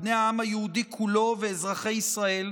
בני העם היהודי כולו ואזרחי ישראל,